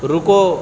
رکو